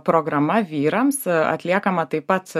programa vyrams atliekama taip pat